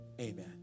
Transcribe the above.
Amen